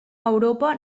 europa